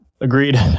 Agreed